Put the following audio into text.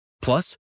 Plus